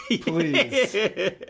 Please